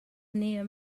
near